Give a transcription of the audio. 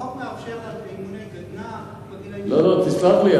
החוק מאפשר אימוני גדנ"ע בגילים, לא, לא, תסלח לי.